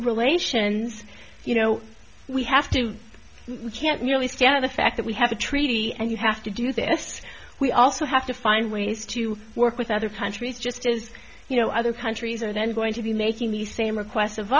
relations you know we have to we can't merely stand on the fact that we have a treaty and you have to do this we also have to find ways to work with other countries just as you know other countries are then going to be making these same requests of